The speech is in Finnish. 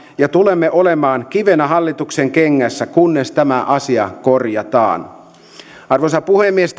ja tulemme olemaan kivenä hallituksen kengässä kunnes tämä asia korjataan arvoisa puhemies